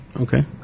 Okay